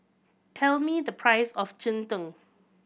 tell me the price of cheng tng